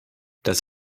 das